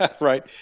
right